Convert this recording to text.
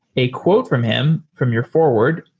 a quote from him from your forward,